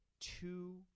two